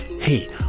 hey